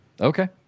Okay